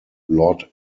lord